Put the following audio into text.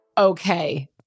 Okay